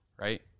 Right